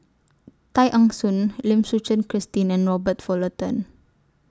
Tay Eng Soon Lim Suchen Christine and Robert Fullerton